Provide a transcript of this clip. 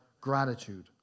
gratitude